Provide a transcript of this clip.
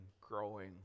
growing